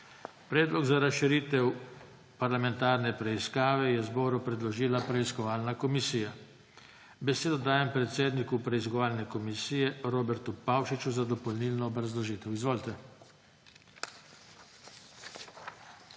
Predlog za razširitev parlamentarne preiskave je zboru predložila preiskovalna komisija. Besedo dajem predsedniku preiskovalne komisije Robertu Pavšiču za dopolnilno obrazložitev. Izvolite.